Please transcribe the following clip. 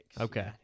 Okay